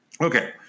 Okay